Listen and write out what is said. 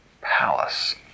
palace